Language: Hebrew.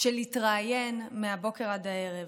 שלהתראיין מהבוקר עד הערב,